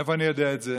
מאיפה אני יודע את זה?